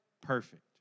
Perfect